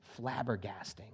flabbergasting